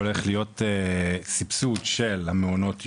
שהולך להיות סבסוד של מעונות היום,